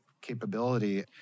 capability